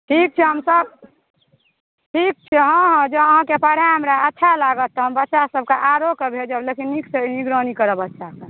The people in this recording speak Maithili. ठीक छै हमसभ ठीक छै हँ हँ जँ अहाँके पढ़ाइ हमरा अच्छा लागत तऽ हम बच्चासभकेँ आओरोकेँ भेजब लेकिन नीकसँ निगरानी करब बच्चाके